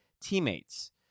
teammates